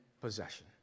possession